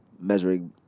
measuring